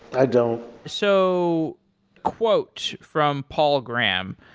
i don't. so quote from paul graham,